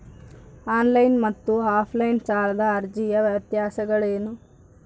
On line ಮತ್ತು offline ಸಾಲದ ಅರ್ಜಿಯ ವ್ಯತ್ಯಾಸಗಳೇನು?